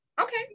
Okay